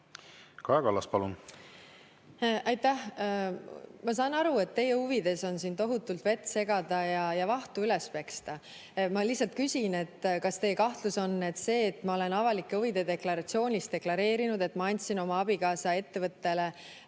Kaja Kallas, palun! Aitäh! Ma saan aru, et teie huvides on siin tohutult vett segada ja vahtu üles peksta. Ma lihtsalt küsin: kas teie kahtlus on see, et ma olen avalike huvide deklaratsioonis deklareerinud, et ma andsin oma abikaasa ettevõttele